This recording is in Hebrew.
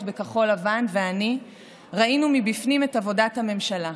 בכחול לבן ואני ראינו מבפנים את עבודת הממשלה,